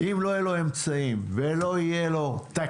אבל אם לא יהיו לו אמצעים ולא יהיה לו תקציב,